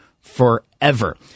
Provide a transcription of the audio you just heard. forever